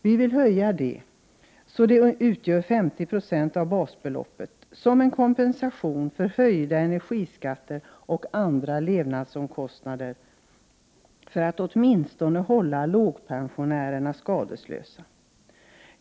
Vi vill höja det så att det utgör 50 7 av basbeloppet, som en kompensation för höjda energiskatter och andra levnadsomkostnader, för att åtminstone de som har låg pension skall hållas skadeslösa.